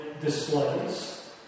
displays